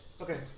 okay